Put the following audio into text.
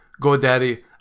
GoDaddy